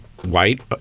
white